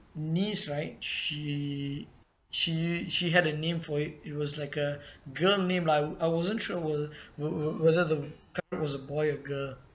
niece right she she she had a name for it it was like a girl name lah I I wasn't sure whe~ whe~ whe~ whether the pet was a boy or girl